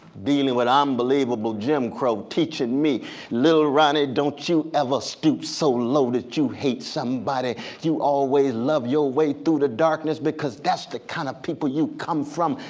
dealing with unbelievable jim crow teaching me little ronny don't you ever stoop so low that you hate somebody. you always love your way through the darkness, because that's the kind of people you come from,